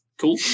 Cool